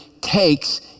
takes